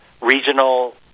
regional